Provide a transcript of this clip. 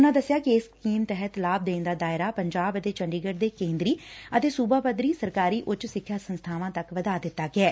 ਉਨ੍ਹਾਂ ਦੱਸਿਆ ਕਿ ਇਸ ਸਕੀਮ ਤਹਿਤ ਲਾਭ ਦੇਣ ਦਾ ਦਾਇਰਾ ਪੰਜਾਬ ਅਤੇ ਚੰਡੀਗੜ ਦੇ ਕੇਦਰੀ ਅਤੇ ਸੁਬਾ ਪੱਧਰੀ ਸਰਕਾਰੀ ਊੱਚ ਸਿੱਖਿਆ ਸੰਸਬਾਵਾਂ ਤੱਕ ਵਧਾ ਦਿੱਤਾ ਗਿਐ